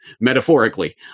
metaphorically